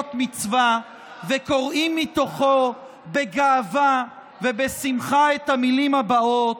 ובנות מצווה וקוראים מתוכו בגאווה ובשמחה את המילים הבאות: